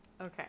Okay